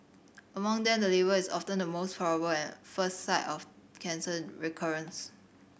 among them the liver is often the most probable and first site of cancer recurrence